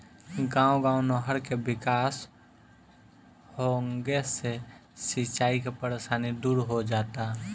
गांव गांव नहर के विकास होंगे से सिंचाई के परेशानी दूर हो जाता